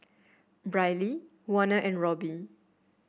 Briley Warner and Robbie